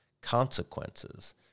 consequences